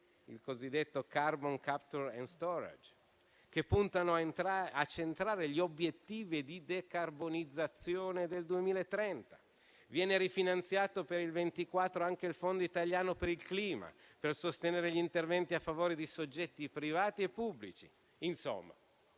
il cosiddetto *carbon capture and storage*, che puntano a centrare gli obiettivi di decarbonizzazione del 2030. Viene rifinanziato per il 2024 anche il Fondo italiano per il clima, per sostenere gli interventi a favore di soggetti privati e pubblici.